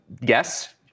yes